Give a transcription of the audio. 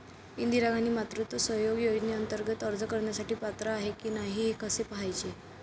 इंदिरा गांधी मातृत्व सहयोग योजनेअंतर्गत अर्ज करण्यासाठी पात्र आहे की नाही हे कसे पाहायचे?